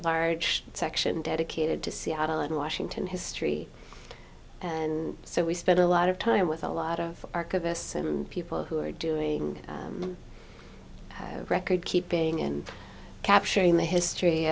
large section dedicated to seattle and washington history and so we spend a lot of time with a lot of archivists and people who are doing record keeping in capturing the history